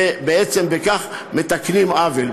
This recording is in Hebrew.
ובעצם בכך מתקנים עוול.